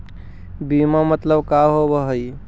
बीमा मतलब का होव हइ?